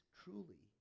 truly